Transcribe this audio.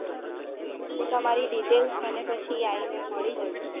okay તો તમારી details મને પછી આવીને મળી જજો